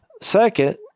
second